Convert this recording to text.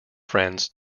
friends